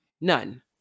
None